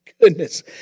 goodness